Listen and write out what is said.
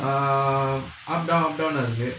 ah up down up down னா இருக்கு:naa irukku